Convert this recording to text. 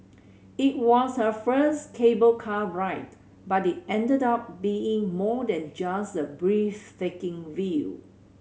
it was her first cable car ride but it ended up being more than just a breathtaking view